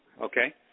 Okay